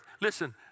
Listen